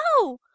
No